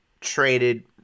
traded